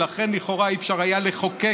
ולכן לכאורה לא היה אפשר לחוקק